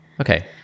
okay